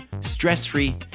stress-free